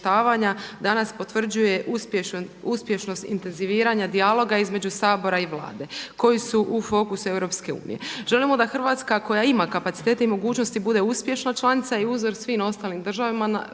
danas potvrđuje uspješnost intenziviranja dijaloga između Sabora i Vlade koji su u fokusu EU. Želimo da Hrvatska koja ima kapacitete i mogućnosti bude uspješna članica i uzor svim ostalim državama